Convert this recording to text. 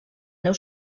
neu